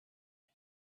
mis